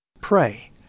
Pray